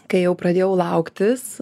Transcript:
kai jau pradėjau lauktis